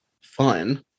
Fun